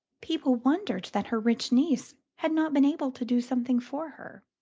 people wondered that her rich niece had not been able to do something for her.